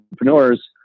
entrepreneurs